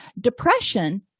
Depression